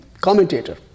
commentator